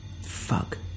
Fuck